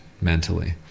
mentally